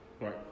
Right